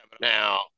Now